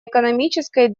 экономической